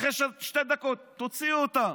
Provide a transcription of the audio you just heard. אחרי שתי דקות: תוציאו אותם,